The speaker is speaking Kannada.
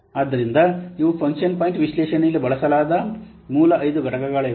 ಆದ್ದರಿಂದ ಇವು ಫಂಕ್ಷನ್ ಪಾಯಿಂಟ್ ವಿಶ್ಲೇಷಣೆಯಲ್ಲಿ ಬಳಸಲಾಗುವ ಮೂಲ ಐದು ಘಟಕಗಳಾಗಿವೆ